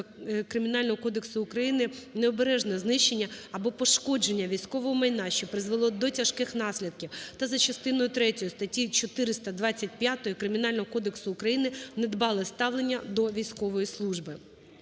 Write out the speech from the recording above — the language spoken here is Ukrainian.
Кримінального кодексу України "Необережне знищення або пошкодження військового майна, що призвело до тяжких наслідків" та за частиною третьою статті 425 Кримінального кодексу України "Недбале ставлення до військової служби".